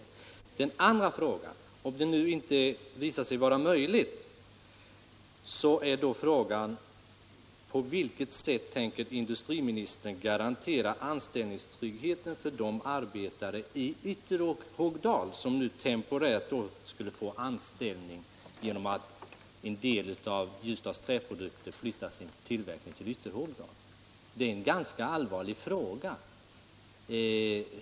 För det andra: Om detta visar sig inte vara möjligt, på vilket sätt tänker industriministern då garantera anställningstryggheten för de arbetare i Ytterhogdal som temporärt skulle få anställning genom att en del av Ljusdals Träprodukters tillverkning flyttas till Ytterhogdal? Detta är en ganska allvarlig fråga.